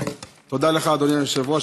תודה לך, אדוני היושב-ראש.